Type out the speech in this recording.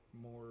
more